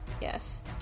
Yes